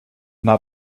not